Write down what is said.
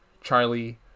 Charlie